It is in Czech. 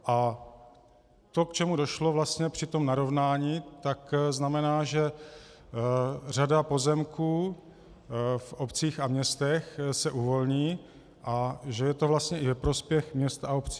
A to, k čemu došlo vlastně při tom narovnání, znamená, že řada pozemků v obcích a městech se uvolní a že je to vlastně i ve prospěch měst a obcí.